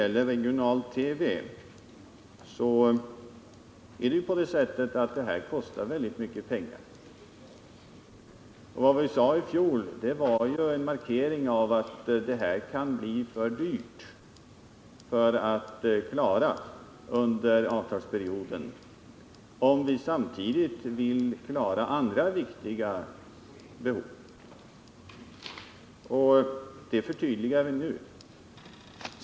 Till Ingrid Diesen vill jag säga att regional-TV kostar väldigt mycket pengar. I fjol markerade vi att det kan bli för dyrt att klara detta under avtalsperioden, om vi samtidigt vill klara andra viktiga behov, och det förtydligar vi nu.